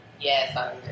yes